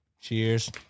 Cheers